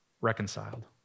reconciled